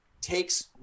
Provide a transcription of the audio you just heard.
takes